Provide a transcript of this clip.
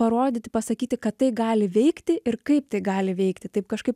parodyti pasakyti kad tai gali veikti ir kaip tai gali veikti taip kažkaip